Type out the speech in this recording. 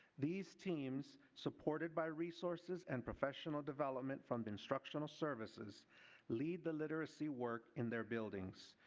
these teams supported by resources and professional development from instructional services lead the literacy work in their buildings,